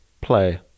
play